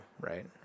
right